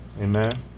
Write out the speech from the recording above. Amen